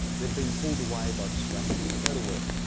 they are being pulled away by distractions go to work.